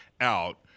out